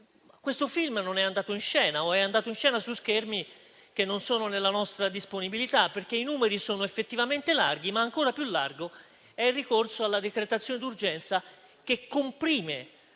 Questo film non è andato in onda, o è andato in onda su schermi che non sono nella nostra disponibilità. I numeri sono infatti effettivamente larghi, ma ancora più largo è il ricorso alla decretazione d'urgenza che comprime